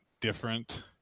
different